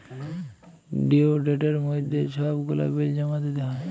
due ডেটের মইধ্যে ছব গুলা বিল জমা দিতে হ্যয়